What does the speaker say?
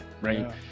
right